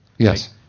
Yes